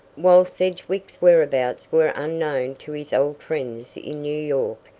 while sedgwick's whereabouts were unknown to his old friends in new york,